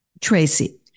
Tracy